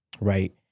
right